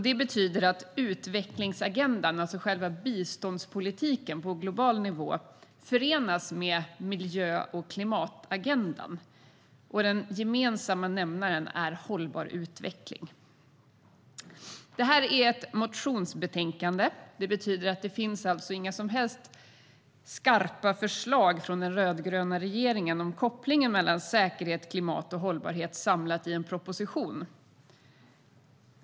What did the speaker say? Det betyder att utvecklingsagendan, själva biståndspolitiken på global nivå, förenas med miljö och klimatagendan. Den gemensamma nämnaren är hållbar utveckling. Detta är ett motionsbetänkande. Det finns alltså inga som helst skarpa förslag från den rödgröna regeringen om kopplingen mellan säkerhet, klimat och hållbarhet samlat i en proposition.